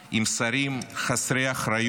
עם שרים חסרי אחריות